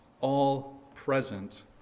all-present